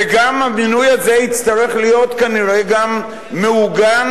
וגם, המינוי הזה יצטרך להיות כנראה גם מעוגן,